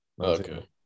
Okay